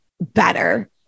better